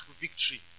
victory